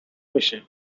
بشه